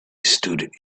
stood